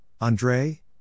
Andre